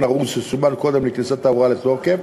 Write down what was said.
ארוז שסומן קודם לכניסת ההוראה לתוקף,